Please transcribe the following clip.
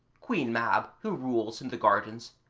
queen mab, who rules in the gardens,